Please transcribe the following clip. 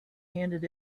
handed